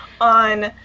on